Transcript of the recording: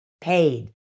paid